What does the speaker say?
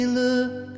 look